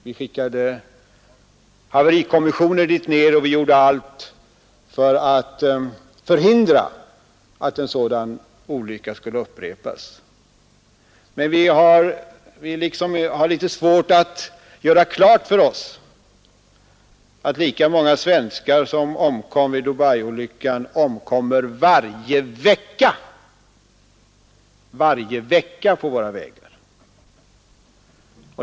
Vi skickade haverikommissioner dit ner och gjorde allt för att förhindra att en sådan olycka skulle upprepas. Men vi tycks ha litet svårt att göra klart för oss att lika många svenskar som omkom vid den olyckan omkommer varje vecka på våra vägar.